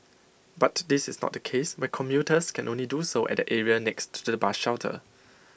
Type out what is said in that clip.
but this is not case where commuters can only do so at the area next to the bus shelter